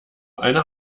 eine